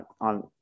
on